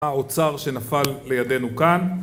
האוצר שנפל לידינו כאן